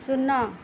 ଶୂନ